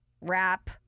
rap